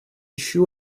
еще